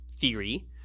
theory